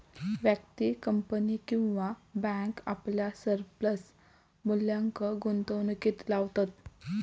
व्यक्ती, कंपनी किंवा बॅन्क आपल्या सरप्लस मुल्याक गुंतवणुकीत लावतत